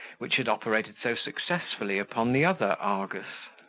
which had operated so successfully upon the other argus.